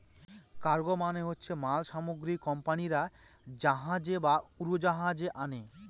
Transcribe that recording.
cargo মানে হচ্ছে মাল সামগ্রী কোম্পানিরা জাহাজে বা উড়োজাহাজে আনে